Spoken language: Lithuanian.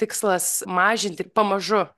tikslas mažinti pamažu